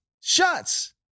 shots